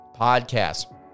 Podcast